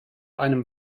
einem